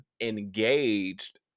engaged